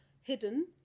hidden